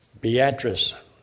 Beatrice